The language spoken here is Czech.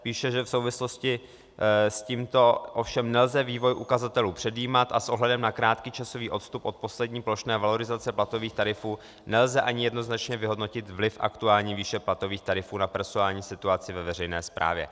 Píše, že v souvislosti s tímto ovšem nelze vývoj ukazatelů předjímat a s ohledem na krátký časový odstup od poslední plošné valorizace platových tarifů nelze ani jednoznačně vyhodnotit vliv aktuální výše platových tarifů na personální situaci ve veřejné správě.